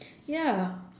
ya